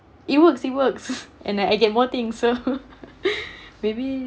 it works it works and then I get more things so maybe